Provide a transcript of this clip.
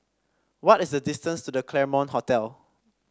what is the distance to The Claremont Hotel